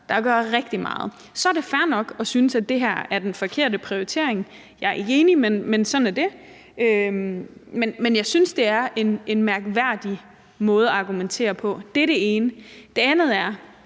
der gør rigtig meget. Så er det fair nok at synes, at det her er den forkerte prioritering. Jeg er ikke enig, men sådan er det. Men jeg synes, det er en mærkværdig måde at argumentere på. Det er det ene. Det andet er,